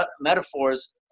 metaphors